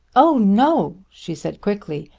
oh no! she said quickly,